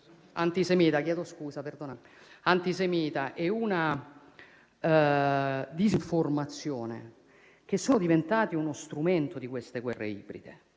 antisemita e una disinformazione che sono diventati uno strumento di queste guerre ibride.